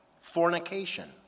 fornication